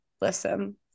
listen